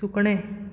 सुकणें